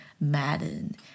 Madden